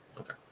Okay